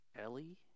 Ellie